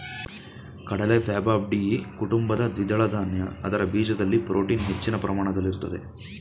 ಕಡಲೆ ಫ್ಯಾಬಾಯ್ಡಿಯಿ ಕುಟುಂಬದ ದ್ವಿದಳ ಧಾನ್ಯ ಅದರ ಬೀಜದಲ್ಲಿ ಪ್ರೋಟೀನ್ ಹೆಚ್ಚಿನ ಪ್ರಮಾಣದಲ್ಲಿರ್ತದೆ